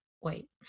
Wait